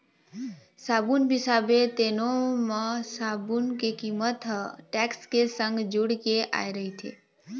साबून बिसाबे तेनो म साबून के कीमत ह टेक्स के संग जुड़ के आय रहिथे